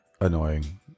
annoying